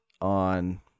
on